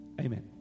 Amen